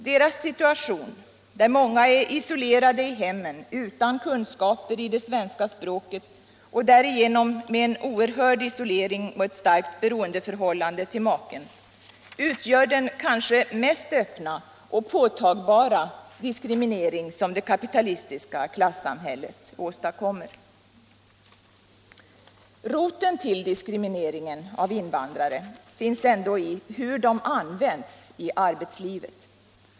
Deras situation, där många av dem är hemarbetande utan kunskaper i det svenska språket, vilket medför en oerhörd isolering och ett starkt beroendeförhållande till maken, utgör den kanske mest öppna och påtagbara diskriminering som det kapitalistiska klassamhället åstadkommer. Roten till diskrimineringen av invandrare finns dock i hur dessa används i arbetslivet.